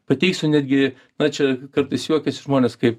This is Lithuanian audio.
pateiksiu netgi na čia kartais juokiasi žmonės kaip